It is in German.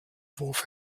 wurf